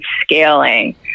scaling